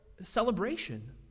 celebration